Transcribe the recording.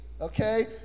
okay